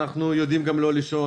אנחנו יודעים גם לא לישון,